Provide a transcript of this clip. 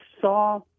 saw